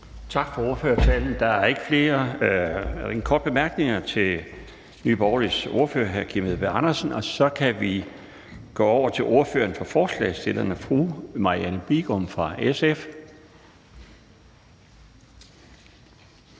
Tak for ordførertalen. Der er ingen korte bemærkninger til Nye Borgerliges ordfører, hr. Kim Edberg Andersen. Så kan vi gå over til ordføreren for forslagsstillerne, fru Marianne Bigum fra SF.